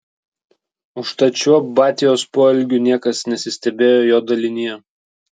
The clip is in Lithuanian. užtat šiuo batios poelgiu niekas nesistebėjo jo dalinyje